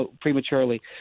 prematurely